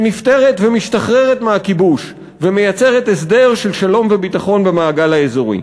שנפטרת ומשתחררת מהכיבוש ומייצרת הסדר של שלום וביטחון במעגל האזורי.